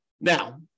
Now